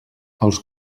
els